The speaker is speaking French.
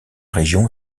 région